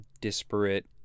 disparate